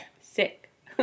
sick